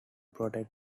protect